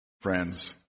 friends